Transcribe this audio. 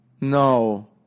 No